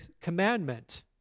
commandment